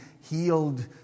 healed